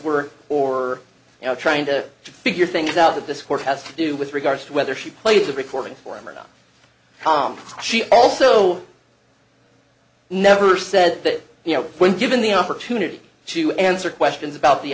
k or you know trying to figure things out that this court has to do with regards to whether she played the recording for him or dot com she also i never said that you know when given the opportunity to answer questions about the